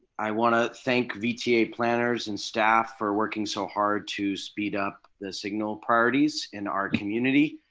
i want to thank vta planners and staff for working so hard to speed up the signal priorities in our community.